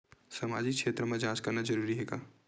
सामाजिक क्षेत्र म जांच करना जरूरी हे का?